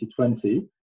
2020